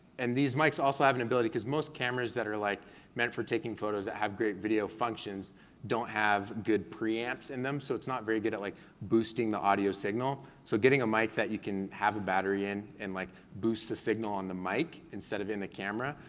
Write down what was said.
and these mikes also have an ability, cause most cameras that are like meant for taking photos that have great video functions don't have good pre-amps in them, so it's not very good at like boosting the audio signal. so getting a mike that you can have a battery in, and you can like boost the signal on the mike instead of in the camera,